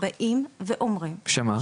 באים ואומרים --- שמה?